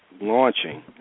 launching